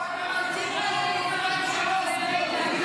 הצעת חוק הביטוח הלאומי.